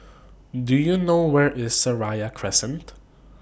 Do YOU know Where IS Seraya Crescent